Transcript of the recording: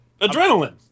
adrenaline